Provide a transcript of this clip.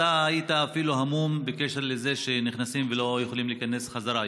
אתה היית אפילו המום בקשר לזה שנכנסים ולא יכולים להיכנס חזרה,